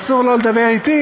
ואסור לו לדבר אתי,